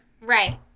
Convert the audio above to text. Right